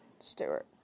Stewart